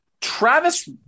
Travis